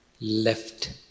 left